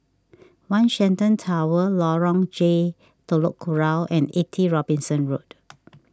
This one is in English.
one Shenton Tower Lorong J Telok Kurau and eighty Robinson Road